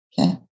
Okay